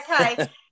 Okay